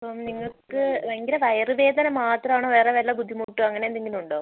അപ്പം നിങ്ങൾക്ക് ഭയങ്കര വയർ വേദന മാത്രവാണോ വേറെ വല്ല ബുദ്ധിമുട്ടും അങ്ങനെ എന്തേലുമുണ്ടോ